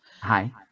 Hi